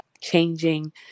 changing